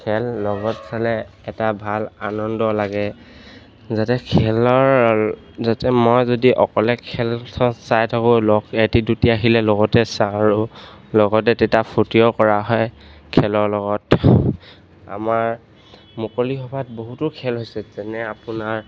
খেল লগত চালে এটা ভাল আনন্দ লাগে যাতে খেলৰ যাতে মই যদি অকলে খেলখন চাই থাকোঁ লগ এটি দুটি আহিলে লগতে চাওঁ আৰু লগতে তেতিয়া ফূৰ্তিও কৰা হয় খেলৰ লগত আমাৰ মুকলি সভাত বহুতো খেল হৈছে যেনে আপোনাৰ